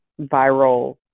viral